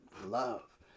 Love